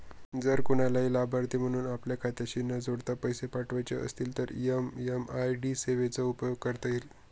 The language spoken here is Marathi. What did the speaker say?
जर कुणालाही लाभार्थी म्हणून आपल्या खात्याशी न जोडता पैसे पाठवायचे असतील तर एम.एम.आय.डी सेवेचा उपयोग करता येईल